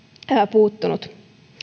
puuttunut